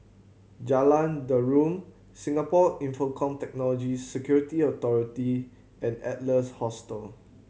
Jalan Derum Singapore Infocomm Technology Security Authority and Adler's Hostel